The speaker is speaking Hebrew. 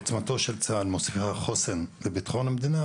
עוצמתו של צה"ל מוסיפה חוסן לביטחון המדינה,